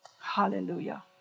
Hallelujah